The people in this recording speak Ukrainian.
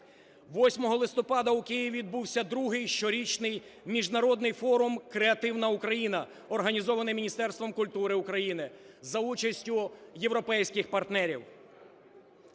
8 листопада у Києві відбувся Другий щорічний міжнародний форум "Креативна Україна", організований Міністерством культури України за участю європейських партнерів.